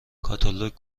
کاتالوگ